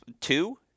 Two